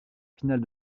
finale